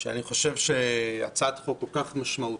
אני חושב שהצעת חוק כל כך משמעותית